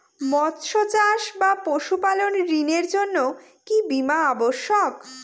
মৎস্য চাষ বা পশুপালন ঋণের জন্য কি বীমা অবশ্যক?